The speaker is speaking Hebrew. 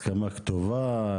הסכמה כתובה?